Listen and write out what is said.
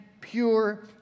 pure